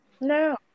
No